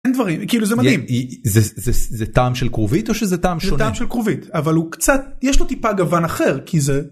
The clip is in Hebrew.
דברים כאילו זה מדהים זה זה זה טעם של כרובית או שזה טעם שונה זה טעם של כרובית אבל הוא קצת יש לו טיפה גוון אחר כי זה.